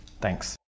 Thanks